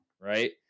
Right